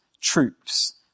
troops